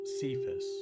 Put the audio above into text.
Cephas